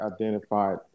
identified